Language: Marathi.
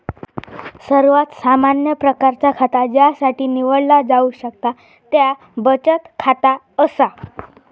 सर्वात सामान्य प्रकारचा खाता ज्यासाठी निवडला जाऊ शकता त्या बचत खाता असा